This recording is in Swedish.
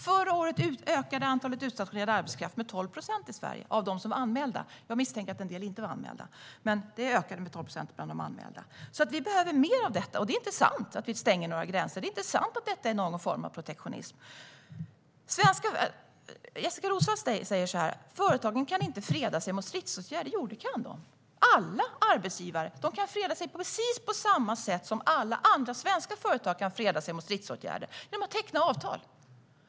Förra året ökade den utstationerade arbetskraften med 12 procent i Sverige - enligt vad som anmäldes. Jag misstänker att en del inte anmäldes, men det ökade med 12 procent bland det som anmäldes. Vi behöver alltså mer av detta. Det är inte sant att vi stänger några gränser. Det är inte sant att detta är någon form av protektionism. Jessika Roswall säger att företagen inte kan freda sig mot stridsåtgärder. Jo, det kan de. Alla arbetsgivare kan freda sig på precis samma sätt som alla svenska företag kan freda sig mot stridsåtgärder, nämligen genom att teckna avtal.